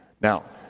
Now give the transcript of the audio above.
now